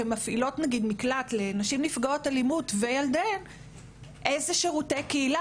כמפעילות מקלט לנשים נפגעות אלימות וילדיהן איזה שירותי קהילה